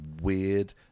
weird